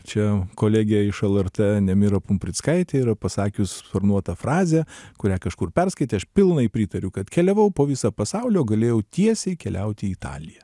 čia kolegė iš lrt nemira pumprickaitė yra pasakius sparnuotą frazę kurią kažkur perskaitė aš pilnai jai pritariu kad keliavau po visą pasaulį o galėjau tiesiai keliauti į italiją